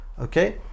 Okay